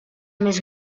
més